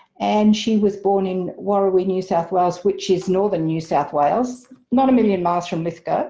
and she was born in warrawee, new south wales. which is northern new south wales. not a million miles from lithgow,